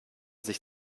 sich